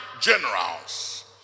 generals